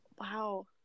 Wow